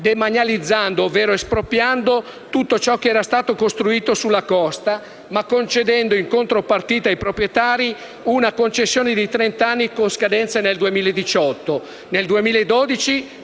demanializzando (espropriando) tutto ciò che era stato costruito sulla costa, ma concedendo in contropartita ai proprietari, una concessione di trent'anni con scadenza nel 2018. Nel 2012